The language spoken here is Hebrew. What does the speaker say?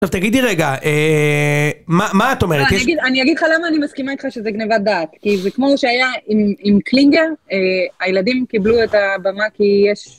טוב תגידי רגע, מה את אומרת? - אני אגיד לך למה אני מסכימה איתך שזה גניבת דעת. כי זה כמו שהיה עם קלינגר, הילדים קיבלו את הבמה כי יש...